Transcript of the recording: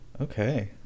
Okay